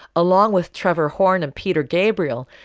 along with trevor horn, a peter gabriel.